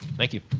thank you.